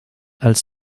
als